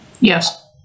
Yes